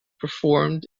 performed